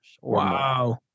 Wow